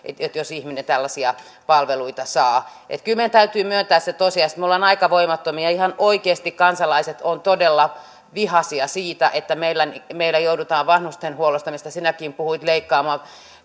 jos ihminen tällaisia palveluita saa kyllä meidän täytyy myöntää se tosiasia että me olemme aika voimattomia ja ihan oikeasti kansalaiset ovat todella vihaisia siitä että meillä joudutaan vanhustenhuollosta mistä sinäkin puhuit leikkaamaan